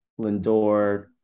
Lindor